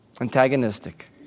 Antagonistic